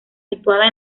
situada